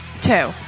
Two